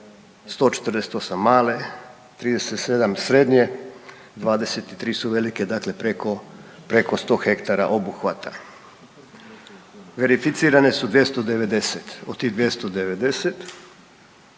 148 male, 37 srednje, 23 su velike, dakle preko 100 hektara obuhvata. Verificirane su 290, od tih 290,